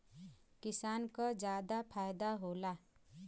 किसान क जादा फायदा होला